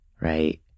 right